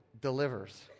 delivers